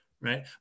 right